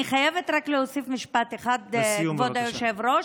אני חייבת רק להוסיף משפט אחד, כבוד היושב-ראש.